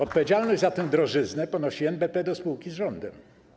Odpowiedzialność za tę drożyznę ponosi NBP do spółki z rządem.